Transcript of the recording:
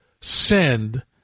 send